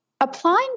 Applying